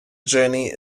journey